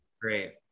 Great